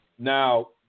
Now